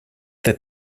that